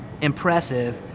impressive